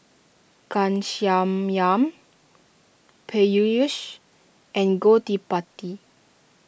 Ghanshyam Peyush and Gottipati